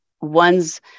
ones